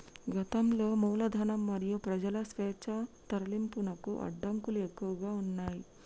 గతంలో మూలధనం మరియు ప్రజల స్వేచ్ఛా తరలింపునకు అడ్డంకులు ఎక్కువగా ఉన్నయ్